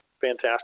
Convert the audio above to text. Fantastic